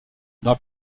dans